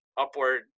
upward